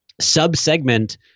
sub-segment